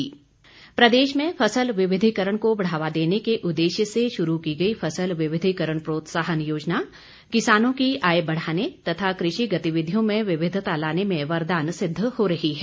JICA परियोजना प्रदेश में फसल विविधिकरण को बढ़ावा देने के उद्देश्य से शुरू की गई फसल विविधिकरण प्रोत्साहन योजना किसानों की आय बढ़ाने तथा क्रषि गतिविधियों में विविधता लाने में वरदान सिद्ध हो रही है